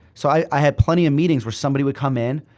so i had plenty of meetings where somebody would come in,